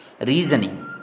reasoning